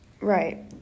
Right